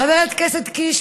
חבר הכנסת קיש,